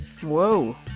Whoa